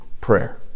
prayer